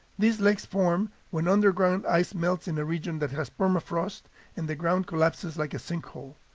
these lakes form when underground ice melts in a region that has permafrost and the ground collapses like a sinkhole.